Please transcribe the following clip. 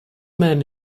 men